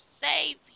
save